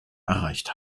erreicht